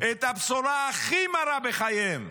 את הבשורה הכי מרה בחייהם,